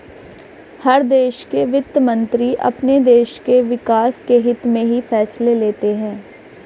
हर देश के वित्त मंत्री अपने देश के विकास के हित्त में ही फैसले लेते हैं